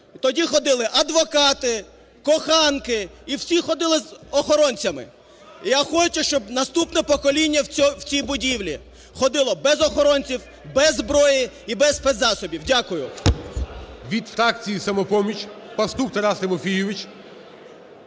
Тоді ходили адвокати, коханки і всі ходили з охоронцями. Я хочу, щоб наступне покоління в цій будівлі ходило без охоронців, без зброї і без спецзасобів. Дякую.